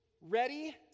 ready